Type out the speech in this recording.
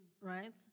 Right